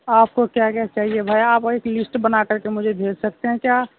آپ کو کیا کیا چاہیے بھائی آپ ایک لسٹ بنا کر کے مجھے بھیج سکتے ہیں کیا